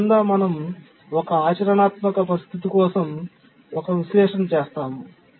దీని కింద మనం ఒక ఆచరణాత్మక పరిస్థితి కోసం ఒక విశ్లేషణ చేసాము